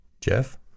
Jeff